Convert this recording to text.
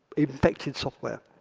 infected software.